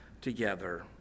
together